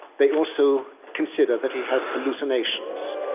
they also consider that he has hallucinations,